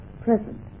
present